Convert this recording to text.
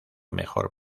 mejor